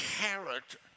character